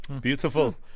Beautiful